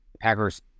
Packers